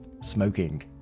smoking